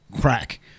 crack